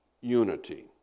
unity